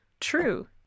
True